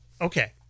okay